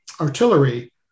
artillery